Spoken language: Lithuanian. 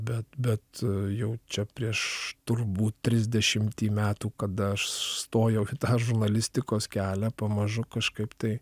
bet bet jau čia prieš turbūt trisdešimtį metų kada aš stojau į tą žurnalistikos kelią pamažu kažkaip tai